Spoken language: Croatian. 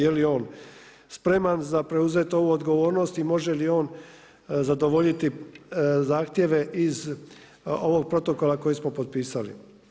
Je li on spreman za preuzeti ovu odgovornost i može li on zadovoljiti zahtjeve iz ovog protokola koji smo potpisali.